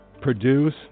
produce